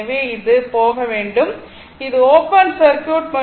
எனவே இது போக வேண்டும் இது ஓப்பன் சர்க்யூட்